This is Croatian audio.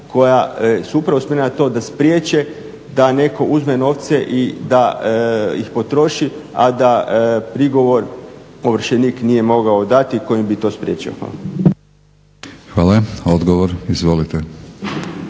koja su upravo spremna na to da spriječe da netko uzme novce i da ih potroši a da prigovor ovršenik nije mogao dati kojim bi to spriječio. Hvala. **Batinić, Milorad